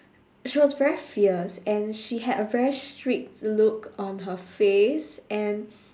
she was very fierce and she had a very strict look on her face and